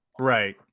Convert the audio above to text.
Right